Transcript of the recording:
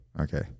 okay